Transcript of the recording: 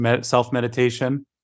self-meditation